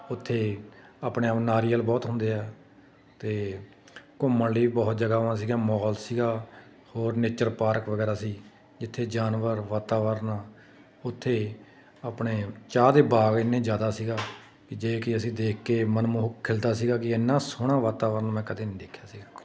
ਉੱਥੇ ਆਪਣੇ ਆਪ ਨਾਰੀਅਲ ਬਹੁਤ ਹੁੰਦੇ ਆ ਅਤੇ ਘੁੰਮਣ ਲਈ ਬਹੁਤ ਜਗ੍ਹਾਵਾਂ ਸੀਗੀਆਂ ਮਾਹੌਲ ਸੀਗਾ ਹੋਰ ਨੇਚਰ ਪਾਰਕ ਵਗੈਰਾ ਸੀ ਜਿੱਥੇ ਜਾਨਵਰ ਵਾਤਾਵਰਨ ਉੱਥੇ ਆਪਣੇ ਚਾਹ ਦੇ ਬਾਗ ਇੰਨੇ ਜ਼ਿਆਦਾ ਸੀਗਾ ਕਿ ਜੇ ਕਿ ਅਸੀਂ ਦੇਖ ਕੇ ਮਨਮੋਹਕ ਖਿਲਦਾ ਸੀਗਾ ਕਿ ਇੰਨਾ ਸੋਹਣਾ ਵਾਤਾਵਰਨ ਮੈਂ ਕਦੇ ਨਹੀਂ ਦੇਖਿਆ ਸੀਗਾ